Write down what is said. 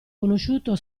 conosciuto